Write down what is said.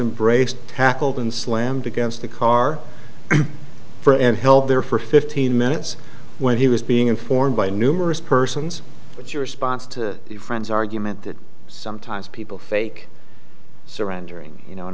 embrace tackled and slammed against the car for and held there for fifteen minutes when he was being informed by numerous persons but your response to the friend's argument that sometimes people fake surrendering you know in